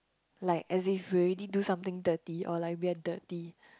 like as if we already do something dirty or like we are dirty